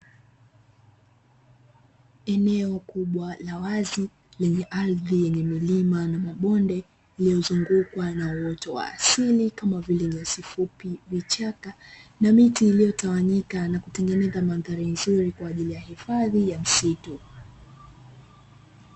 Eneo kubwa la wazi lenye ardhi yenye milima na mabonde lililozungukwa na uoto wa asili kama vile; nyasi fupi, vichaka na miti iliyotawanyika na kutengeneza mandhari nzuri kwa ajili ya hifadhi ya msitu.